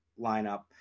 lineup